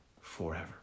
forever